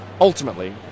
ultimately